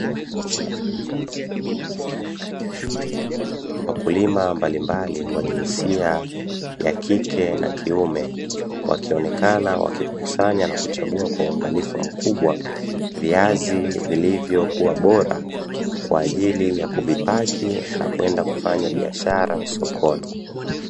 Wakulima mbalimbali wa jinsia ya kike na kiume wakionekana wakikusanya na kuchagua kwa uangalifu mkubwa viazi vilivyokuwa bora kwa ajili ya kuvipaki na kwenda kufanya biashara sokoni.